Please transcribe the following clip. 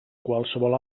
qualsevol